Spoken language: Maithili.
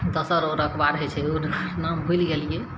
दोसर बहुत अखबार होइ छै ओ नाम भुलि गेलिए